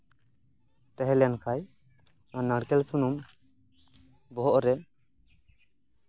ᱛᱟᱦᱮᱸ ᱞᱮᱱᱠᱷᱟᱱ ᱚᱱᱟ ᱱᱟᱲᱠᱮᱞ ᱥᱩᱱᱩᱢ ᱵᱚᱦᱚᱜ ᱨᱮ